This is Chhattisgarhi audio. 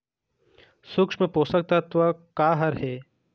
सूक्ष्म पोषक तत्व का हर हे?